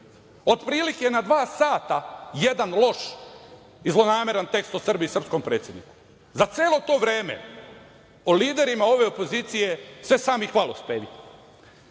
Otprilike na dva sata jedan loš i zlonameran tekst o Srbiji i srpskom predsedniku.Za celo to vreme o liderima ove opozicije se sami hvalospevi.